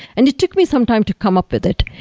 and it took me some time to come up with it.